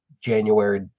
January